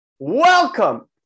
Welcome